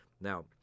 Now